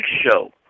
Show